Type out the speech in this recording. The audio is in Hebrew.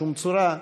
בשום צורה,